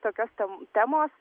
tokios temos